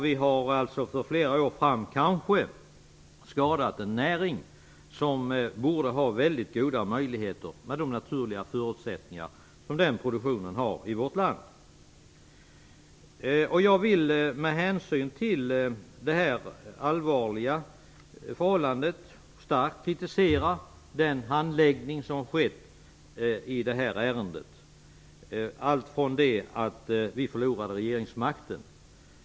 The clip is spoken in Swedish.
Vi har kanske också för flera år framöver skadat en näring som borde ha mycket goda möjligheter med de naturliga förutsättningar som dess produktion har i vårt land. Jag vill med hänsyn till det allvarliga förhållandet starkt kritisera handläggningen i detta ärende alltsedan vi förlorade regeringsmakten.